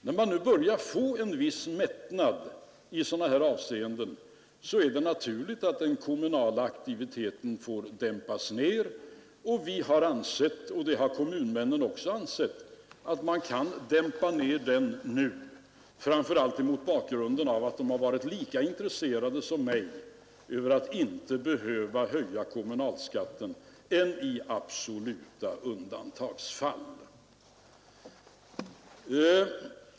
När man nu börjar få en viss mättnad i sådana här avseenden, är det naturligt att den kommunala aktiviteten får dämpas, och vi har ansett — och det har kommunmännen också ansett — att man kan dämpa ned den aktiviteten nu, framför allt mot bakgrunden av att de har varit lika intresserade som jag av att inte behöva höja kommunalskatterna annat än i absoluta undantagsfall.